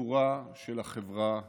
מסיפורה של החברה הישראלית.